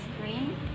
screen